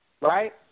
Right